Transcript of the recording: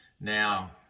Now